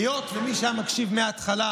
היות שמי שהיה מקשיב מהתחלה,